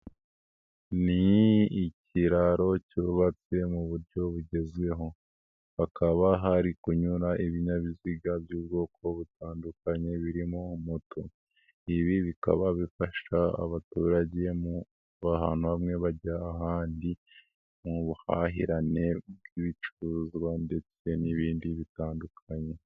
Ni ikiraro cyubatse mu buryo bugezweho, hakaba hari kunyura ibinyabiziga by'ubwoko butandukanye birimo moto, ibi bikaba bifasha abaturage mu kuva ahantu hamwe bajya ahandi mu buhahirane bw'ibicuruzwa ndetse n'ibindi bitandukanye.